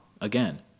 Again